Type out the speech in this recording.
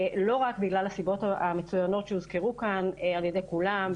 לא רק בגלל הסיבות המצוינות שהוזכרו כאן על-ידי כולן,